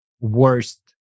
worst